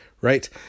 right